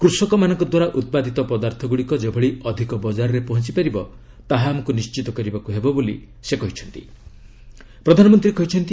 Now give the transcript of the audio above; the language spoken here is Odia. କୃଷକମାନଙ୍କ ଦ୍ୱାରା ଉତ୍ପାଦିତ ପଦାର୍ଥଗ୍ରଡ଼ିକ ଯେଭଳି ଅଧିକ ବଜାରରେ ପହଞ୍ଚ ପାରିବ ତାହା ଆମକ୍ତ ନିଶ୍ଚିତ କରିବାକ୍ ହେବ ବୋଲି ପ୍ରଧାନମନ୍ତ୍ରୀ କହିଛନ୍ତି